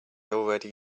already